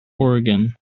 oregon